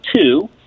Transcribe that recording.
Two